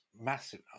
massive